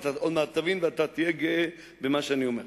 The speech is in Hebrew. ועוד מעט תבין ותהיה גאה במה שאני אומר.